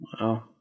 Wow